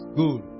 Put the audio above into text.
good